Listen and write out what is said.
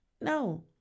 No